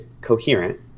coherent